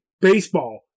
baseball